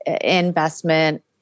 investment